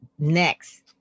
next